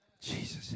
Jesus